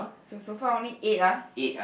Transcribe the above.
so so far only eight ah